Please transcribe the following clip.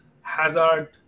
Hazard